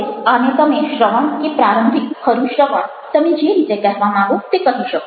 હવે આને તમે શ્રવણ કે પ્રારંભિક ખરૂં શ્રવણ તમે જે રીતે કહેવા માંગો તે કહી શકો